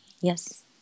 yes